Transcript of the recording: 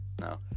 No